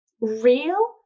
real